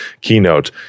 keynote